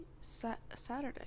Saturday